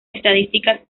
estadísticas